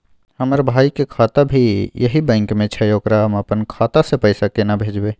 हमर भाई के खाता भी यही बैंक में छै ओकरा हम अपन खाता से पैसा केना भेजबै?